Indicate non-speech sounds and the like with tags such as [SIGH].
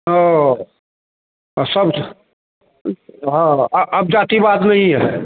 और [UNINTELLIGIBLE] अब जातिवाद नहीं है